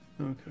Okay